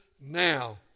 now